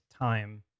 time